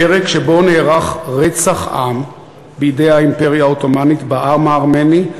הפרק שבו נערך רצח עם בידי האימפריה העות'מאנית בעם הארמני,